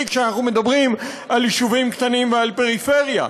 כשאנחנו מדברים על יישובים קטנים ועל פריפריה.